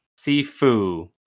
Sifu